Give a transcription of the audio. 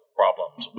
problems